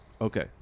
Okay